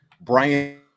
Brian